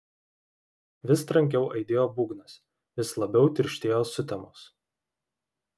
vis trankiau aidėjo būgnas vis labiau tirštėjo sutemos